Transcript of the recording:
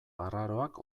arraroak